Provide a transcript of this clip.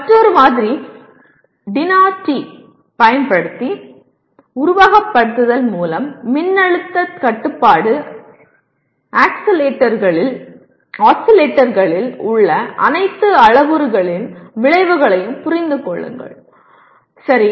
மற்றொரு மாதிரி TINA TI பயன்படுத்தி உருவகப்படுத்துதல் மூலம் மின்னழுத்த கட்டுப்பாட்டு ஆஸிலேட்டர்களில் உள்ள அனைத்து அளவுருக்களின் விளைவையும் புரிந்து கொள்ளுங்கள் சரியா